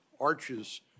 arches